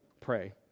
pray